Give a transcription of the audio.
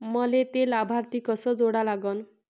मले थे लाभार्थी कसे जोडा लागन?